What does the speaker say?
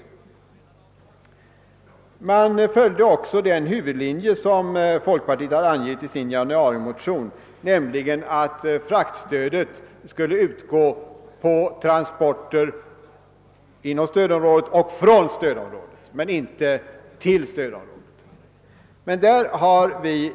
Vidare följde man den huvudlinje som folkpartiet angav i sin januarimotion, nämligen att fraktstöd skall utgå för transporter inom stödområdet och från stödområdet men inte för transporter till stödområdet.